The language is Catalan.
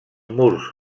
murs